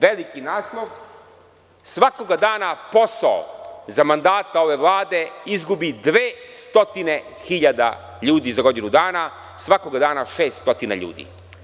Veliki naslov „Svakog dana posao za mandata ove Vlade izgubi 200.000 ljudi za godinu dana, svakog dana 600 ljudi“